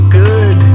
good